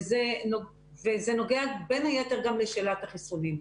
וזה נוגע בין היתר גם לשאלת החיסונים.